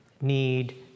need